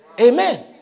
Amen